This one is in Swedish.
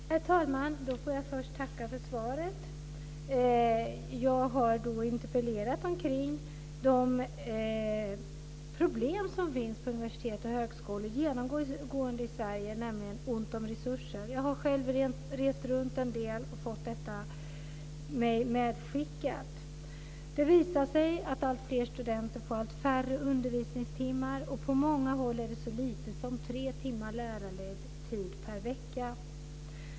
Herr talman! Jag får först tacka för svaret. Jag har interpellerat kring de problem som finns genomgående i Sverige på universitet och högskolor, nämligen brist på resurser. Jag har själv rest runt en del och fått mig det medskickat. Det visar sig att alltfler studenter får allt färre undervisningstimmar. På många håll är det så lite som tre timmar lärarledd tid per vecka.